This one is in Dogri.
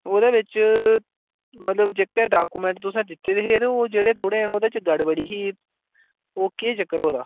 ओह्दे बिच मतलब जेह्के डाक्यूमेंट तुसें दित्ते दे हे ते ओह् जेह्ड़े थुआढ़ा न ते ओह्दे च गड़बड़ ही ओह् केह् चक्कर होदा